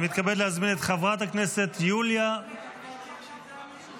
אני מתכבד להזמין את חברת הכנסת יוליה --- עכשיו דן אילוז,